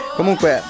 comunque